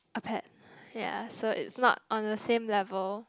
a pet ya so is not on the same level